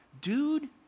dude